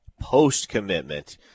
post-commitment